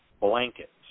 blankets